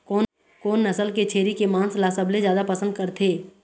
कोन नसल के छेरी के मांस ला सबले जादा पसंद करथे?